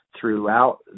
throughout